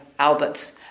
Albert's